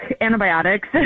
antibiotics